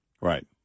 Right